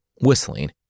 whistling